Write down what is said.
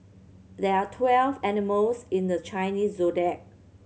there are twelve animals in the Chinese Zodiac